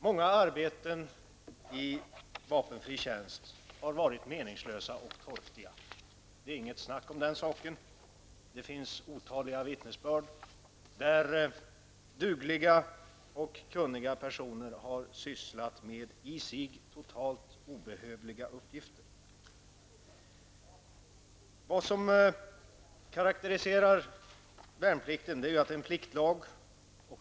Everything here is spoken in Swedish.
Många arbeten i vapenfri tjänst har varit meningslösa och torftiga -- det är inte tu tal om den saken. Det finns otaliga vittnesbörd i det avseendet. Dugliga och kunniga personer har alltså sysslat med i sig totalt obehövliga uppgifter. Vad som karakteriserar värnplikten är att den är en pliktlag.